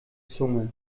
zunge